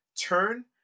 Turn